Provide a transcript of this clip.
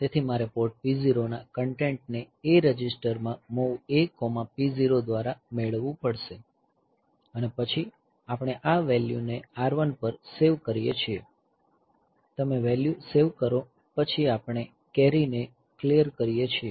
તેથી મારે port P0 ના કન્ટેન્ટ ને A રજીસ્ટર માં MOV A P0 દ્વારા મેળવવું પડશે અને પછી આપણે આ વેલ્યૂને R1 પર સેવ કરીએ છીએ તમે વેલ્યૂ સેવ કરો પછી આપણે કેરી ને ક્લિયર કરીએ છીએ